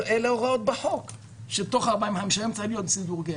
ההוראות בחוק הן שבתוך 45 יום צריך להיות סידור גט.